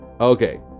Okay